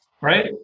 Right